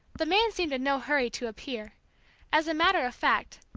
the man seemed in no hurry to appear as a matter of fact,